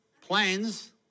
Planes